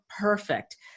perfect